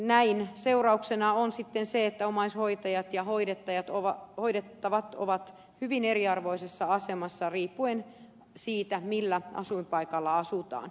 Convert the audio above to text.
näin seurauksena on sitten se että omaishoitajat ja hoidettavat ovat hyvin eriarvoisessa asemassa riippuen siitä millä asuinpaikalla asutaan